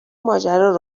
ماجرا